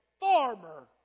farmer